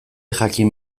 jakin